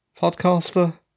podcaster